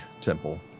temple